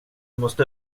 måste